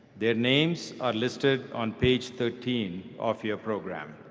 their names are listed on page thirteen of your program.